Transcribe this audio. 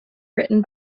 written